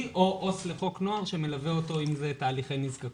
או עו"ס לחוק נוער שמלווה אותו אם זה תהליכי נזקקות.